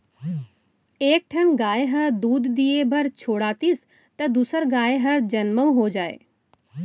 एक ठन गाय ह दूद दिये बर छोड़ातिस त दूसर गाय हर जनमउ हो जाए